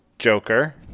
joker